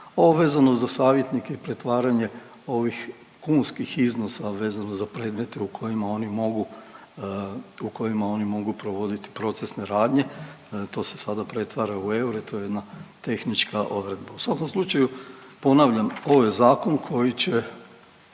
vezano za savjetnike i pretvaranje ovih kunskih iznosa vezano za predmete u kojima oni mogu provoditi procesne radnje, to se sada pretvara u eura i to je jedna tehnička odredba. U svakom slučaju ponavljam, ovo je zakon koji će